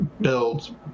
build